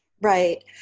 right